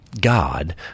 God